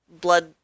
blood